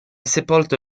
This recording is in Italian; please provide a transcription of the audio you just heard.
sepolto